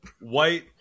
white